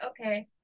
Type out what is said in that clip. okay